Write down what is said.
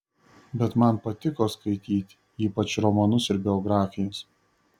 bet man patiko skaityti ypač romanus ir biografijas